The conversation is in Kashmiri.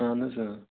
اہَن حظ اۭں